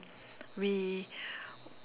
we